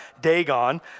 Dagon